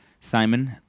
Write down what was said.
Simon